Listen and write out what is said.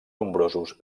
nombrosos